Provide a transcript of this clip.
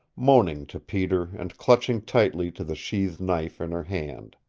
moaning to peter and clutching tightly to the sheathed knife in her hand.